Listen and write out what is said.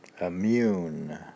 Immune